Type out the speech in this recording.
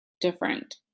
different